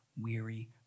weary